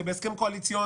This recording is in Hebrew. זה בהסכם קואליציוני,